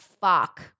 fuck